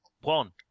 One